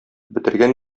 бетергән